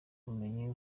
ubumenyi